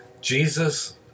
Jesus